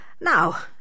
now